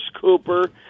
Cooper